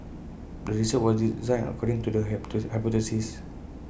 the research was designed according to the hypothesis